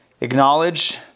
acknowledge